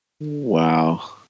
Wow